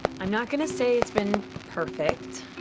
i'm not going to say it's been perfect.